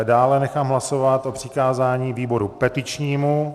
Dále nechám hlasovat o přikázání výboru petičnímu.